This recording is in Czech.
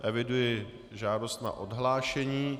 Eviduji žádost na odhlášení.